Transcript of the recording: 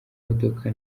modoka